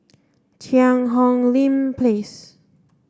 Cheang Hong Lim Place